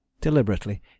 Deliberately